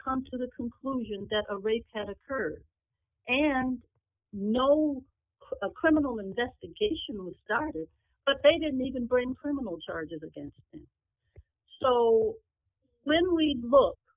come to the conclusion that a rape had occurred and no criminal investigation was started but they didn't even bring criminal charges against him so when we look